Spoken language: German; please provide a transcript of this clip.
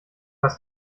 was